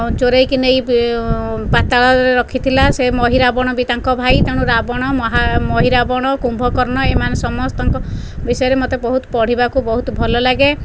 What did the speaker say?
ଚୋରେଇକି ନେଇ ପାତାଳରେ ରଖିଥିଲା ସେ ମହିରାବଣ ଭି ତାଙ୍କ ଭାଇ ତେଣୁ ରାବଣ ମହା ମହିରାବଣ କୁମ୍ଭକର୍ଣ୍ଣ ଏମାନେ ସମସ୍ତଙ୍କ ବିଷୟରେ ମୋତେ ପଢ଼ିବାକୁ ବହୁତ ଭଲଲାଗେ